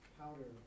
powder